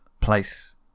place